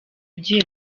ugiye